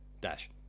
Dash